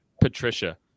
Patricia